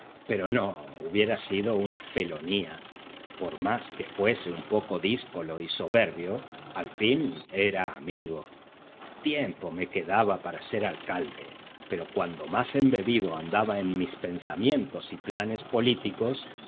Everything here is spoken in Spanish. pero no hubiera sido una felonía por más que fuese un poco díscolo y soberbio al fin era amigo tiempo me quedaba para ser alcalde pero cuando más embebido andaba en mis pensamientos y planes políticos